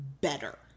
better